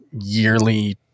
yearly